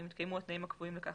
אם התקיימו התנאים הקבועים לכך